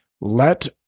Let